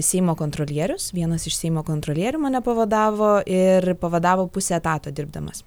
seimo kontrolierius vienas iš seimo kontrolierių mane pavadavo ir pavadavo pusę etato dirbdamas